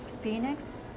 Phoenix